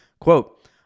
Quote